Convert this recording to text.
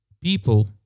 People